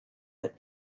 for